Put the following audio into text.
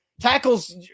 tackles